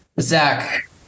Zach